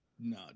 No